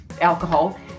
alcohol